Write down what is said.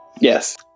Yes